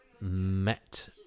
met